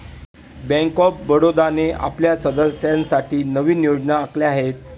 bank of बडोदाने आपल्या सदस्यांसाठी नवीन योजना आखल्या आहेत